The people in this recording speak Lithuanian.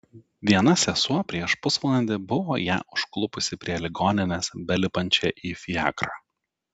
viena sesuo prieš pusvalandį buvo ją užklupusi prie ligoninės belipančią į fiakrą